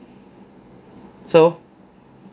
so